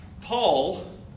Paul